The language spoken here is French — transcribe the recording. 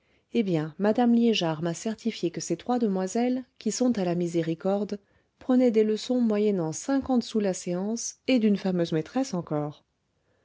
eh bien madame liégeard m'a certifié que ses trois demoiselles qui sont à la miséricorde prenaient des leçons moyennant cinquante sous la séance et d'une fameuse maîtresse encore